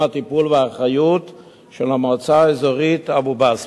הטיפול והאחריות של המועצה האזורית אבו-בסמה.